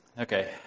Okay